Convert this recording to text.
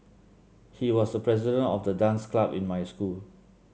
he was the president of the dance club in my school